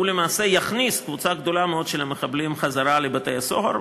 הוא למעשה יכניס קבוצה גדולה מאוד של מחבלים חזרה לבתי-הסוהר,